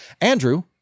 Andrew